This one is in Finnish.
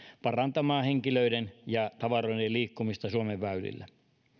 parantamaan henkilöiden ja tavaroiden liikkumista suomen väylillä